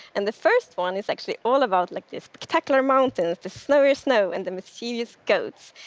and the first one is actually all about like the spectacular mountains, the slurry of snow, and the mysterious goats.